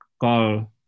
call